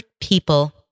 people